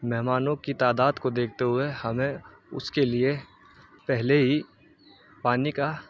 مہمانوں کی تعداد کو دیکھتے ہوئے ہمیں اس کے لیے پہلے ہی پانی کا